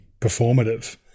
performative